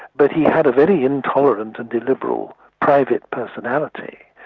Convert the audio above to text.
but he had a very intolerant and illiberal private personality.